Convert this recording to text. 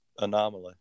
anomaly